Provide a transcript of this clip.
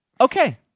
Okay